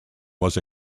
was